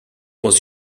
was